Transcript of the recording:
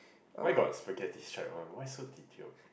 where got spaghetti strips one why so detailed